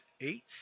eight